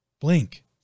blink